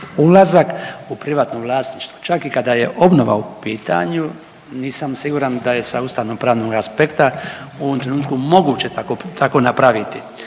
Ulazak u privatno vlasništvo čak i kada je obnova u pitanju nisam siguran da je sa ustavno pravnog aspekta u ovom trenutku moguće tako napraviti.